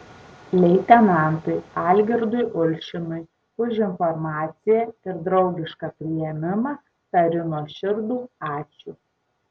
leitenantui algirdui ulčinui už informaciją ir draugišką priėmimą tariu nuoširdų ačiū